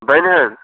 بنہِ حَظ